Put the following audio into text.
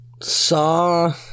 saw